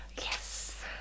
Yes